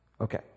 Okay